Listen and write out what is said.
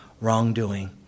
wrongdoing